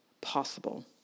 possible